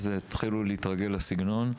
אז תתחילו להתרגל לסגנון.